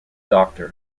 doctor